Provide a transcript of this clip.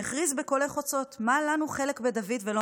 שהכריז בקולי קולות: "מה לנו חלק בדוד ולא